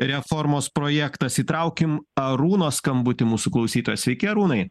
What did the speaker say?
reformos projektas įtraukim arūno skambutį mūsų klausytojas sveiki arūnai